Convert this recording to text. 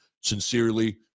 Sincerely